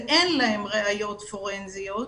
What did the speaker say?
ואין להם ראיות פורנזיות.